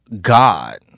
God